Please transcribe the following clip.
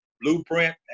blueprint